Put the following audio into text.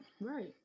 Right